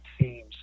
teams